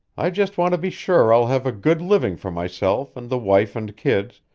i just want to be sure i'll have a good living for myself and the wife and kids,